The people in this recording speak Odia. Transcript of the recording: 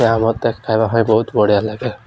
ଏହା ମୋତେ ଖାଇବା ପାଇଁଁ ବହୁତ ବଢ଼ିଆ ଲାଗେ